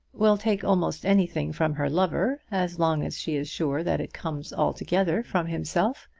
will take almost anything from her lover as long as she is sure that it comes altogether from himself.